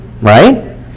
right